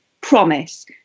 Promise